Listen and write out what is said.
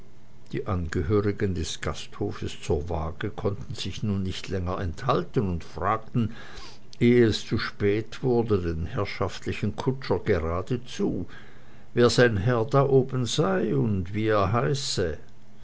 die angehörigen des gasthofes zur waage konnten sich nun nicht länger enthalten und fragten eh es zu spät wurde den herrschaftlichen kutscher geradezu wer sein herr da oben sei und wie er heiße